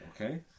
Okay